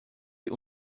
die